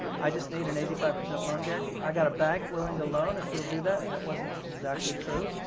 i just need an eighty five percent loan guarantee. i got a bank willing to loan if you'll do that. that wasn't exactly true.